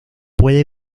puede